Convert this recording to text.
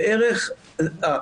זה בערך הפיזור.